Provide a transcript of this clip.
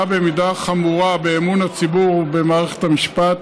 במידה חמורה באמון הציבור במערכת המשפט,